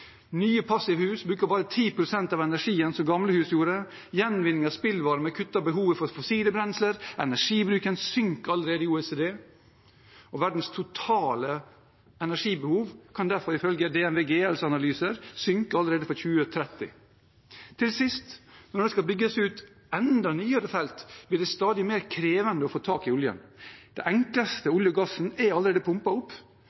Nye passivhus bruker bare 10 pst. av energien som gamle hus gjorde. Gjenvinning av spillvarme kutter behovet for fossile brensler. Energibruken synker allerede i OECD, og verdens totale energibehov kan derfor ifølge DNV GLs analyser synke allerede fra 2030. Til sist: Når det skal bygges ut enda nyere felt, blir det stadig mer krevende å få tak i oljen. Den enkleste oljen og gassen er allerede pumpet opp.